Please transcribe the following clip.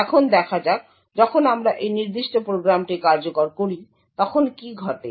এখন দেখা যাক যখন আমরা এই নির্দিষ্ট প্রোগ্রামটি কার্যকর করি তখন কি ঘটে